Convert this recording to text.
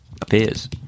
appears